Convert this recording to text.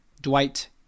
Dwight